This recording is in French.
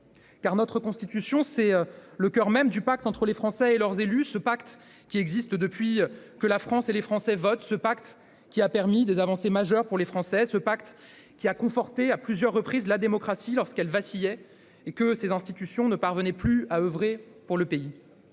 Notre Constitution est le coeur même du pacte entre les Français et leurs élus, ce pacte qui existe depuis que la France et les Français votent, ce pacte qui a permis des avancées majeures pour les Français, ce pacte qui a conforté à plusieurs reprises la démocratie lorsqu'elle vacillait et que ses institutions ne parvenaient plus à oeuvrer pour le pays.